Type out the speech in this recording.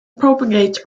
propagate